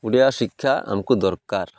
ଓଡ଼ିଆ ଶିକ୍ଷା ଆମକୁ ଦରକାର